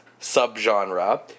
subgenre